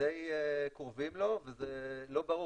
די קרובים לו וזה לא ברור.